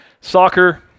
soccer